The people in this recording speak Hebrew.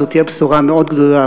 זאת תהיה בשורה מאוד גדולה.